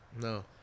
No